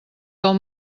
del